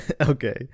okay